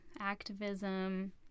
activism